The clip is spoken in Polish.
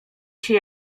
się